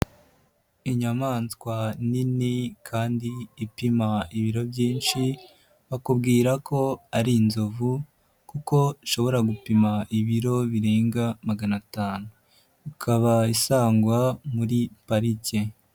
Inyamaswa nini kandi ipima ibiro byinshi , bakubwira ko ari inzovu kuko ishobora gupima ibiro birenga magana atanu. Ikaba isangwa muri parike.